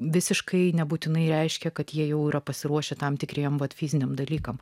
visiškai nebūtinai reiškia kad jie jau yra pasiruošę tam tikriems vat fiziniams dalykams